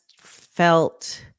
felt